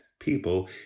people